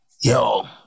Yo